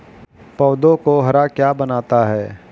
पौधों को हरा क्या बनाता है?